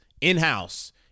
in-house